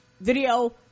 video